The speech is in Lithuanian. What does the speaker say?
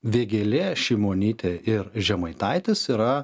vėgėlė šimonytė ir žemaitaitis yra